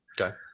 Okay